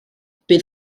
bydd